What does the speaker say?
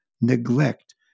neglect